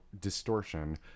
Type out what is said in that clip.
Distortion